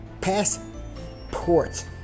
passport